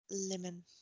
lemon